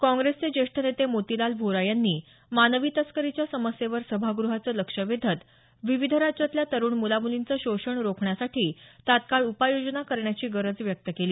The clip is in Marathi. काँग्रेसचे ज्येष्ठ नेते मोतीलाल व्होरा यांनी मानवी तस्करीच्या समस्येवर सभागृहाचं लक्ष वेधत विविध राज्यातल्या तरुण मुलामुलींचं शोषण रोखण्यासाठी तत्काळ उपाययोजना करण्याची गरज व्यक्त केली